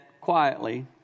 quietly